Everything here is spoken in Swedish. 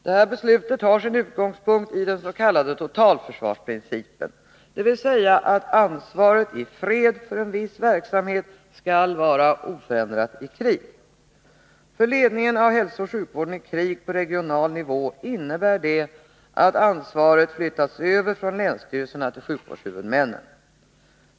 Detta beslut har sin utgångspunkt i den s.k. totalförsvarsprincipen, dvs. att ansvaret i fred för en viss verksamhet skall vara oförändrat i krig. För ledningen av hälsooch sjukvården i krig på regional nivå innebär det att ansvaret flyttats över från länsstyrelserna till sjukvårdshuvudmännen.